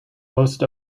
most